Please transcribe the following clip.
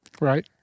right